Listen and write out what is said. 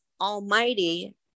almighty